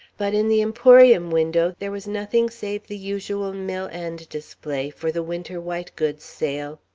but in the emporium window there was nothing save the usual mill-end display for the winter white goods sale.